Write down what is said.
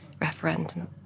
referendum